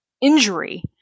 injury